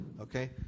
okay